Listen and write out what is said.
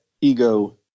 ego